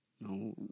No